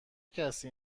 کسی